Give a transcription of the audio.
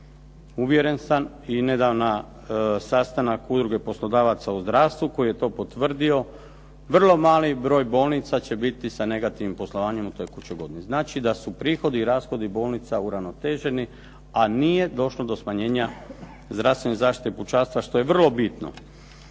uvjeren sam i nedavno na sastanku Udruge poslodavaca u zdravstvu koji je to potvrdio, vrlo mali broj bolnica će biti sa negativnim poslovanje u tekućoj godini. Znači da su prihodi i rashodi bolnica uravnoteženi, a nije došlo do smanjenja zdravstvene zaštite pučanstva što je vrlo bitno.